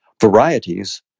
varieties